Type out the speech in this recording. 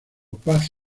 paz